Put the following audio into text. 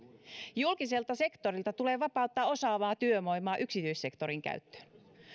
julkiselta sektorilta tulee vapauttaa osaavaa työvoimaa yksityissektorin käyttöön